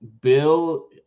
Bill